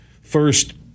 first